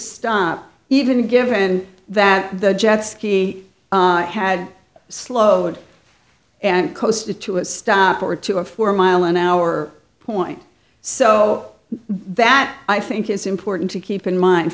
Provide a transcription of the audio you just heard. stop even given that the jet ski had slowed and kosta to a stop or two a four mile an hour point so that i think it's important to keep in mind